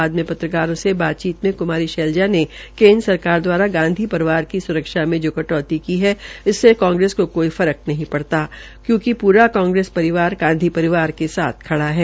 बाद में पत्रकारों से बातचीत में कुमारी शैजला ने केन्द्र सरकार द्वारा गांधी परिवार की स्रक्षा में जो कटौती की है इससे कांग्रेस को कोई फर्क नहीं पड़ेगा क्यूंकि पूरा कांग्रेस परिवार गांधी परिवार के साथ खड़ा है